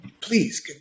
Please